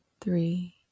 three